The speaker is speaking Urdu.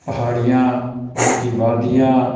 پہاڑیاں وہاں کی وادیاں